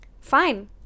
Fine